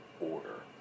order